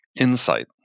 insight